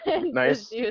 Nice